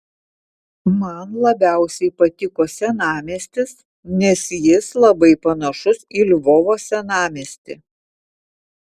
man labiausiai patiko senamiestis nes jis labai panašus į lvovo senamiestį